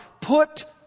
put